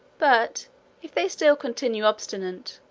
but if they still continue obstinate,